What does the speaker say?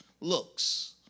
looks